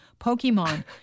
Pokemon